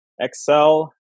Excel